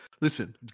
listen